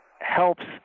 helps